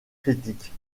critiques